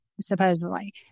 supposedly